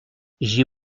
j’ai